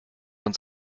uns